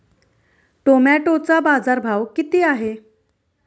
टोमॅटोचा बाजारभाव किती आहे?